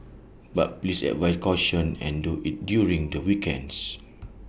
but please advise caution and do IT during the weekends